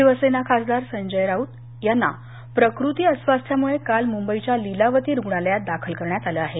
शिवसेना खासदार संजय राऊत यांना प्रकृती अस्वास्थ्यामुळे काल मुंबईच्या लीलावती रुग्णालयात दाखल करण्यात आलं आहे